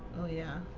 oh yeah,